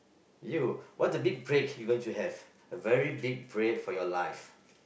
you what the big break you're gonna have a very big break for your life